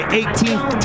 18th